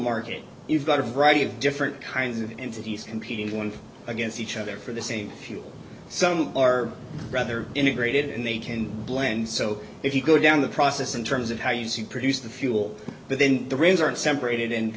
market you've got a variety of different kinds of entities competing against each other for the same fuel some are rather integrated and they can blend so if you go down the process in terms of how use you produce the fuel but then the rains are separated and